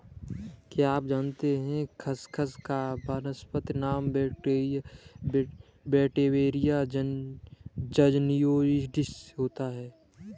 क्या आप जानते है खसखस का वानस्पतिक नाम वेटिवेरिया ज़िज़नियोइडिस होता है?